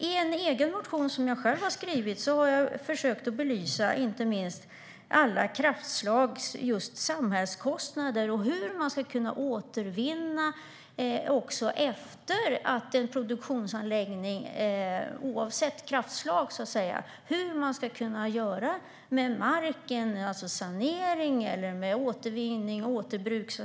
I en motion som jag själv har skrivit har jag försökt belysa inte minst alla kraftslags samhällskostnader - hur man ska kunna återvinna en produktionsanläggning oavsett kraftslag, vad man ska göra med marken och det som tas ned, sanering och återvinning och återbruk.